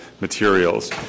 materials